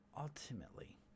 ultimately